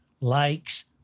likes